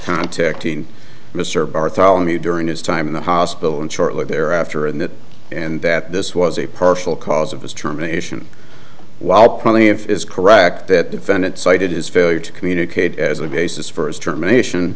contacting mr bartholomew during his time in the hospital and shortly thereafter and that and that this was a partial cause of his term nation while probably if it is correct that defendant cited his failure to communicate as a basis for his termination